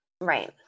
Right